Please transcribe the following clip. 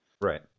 right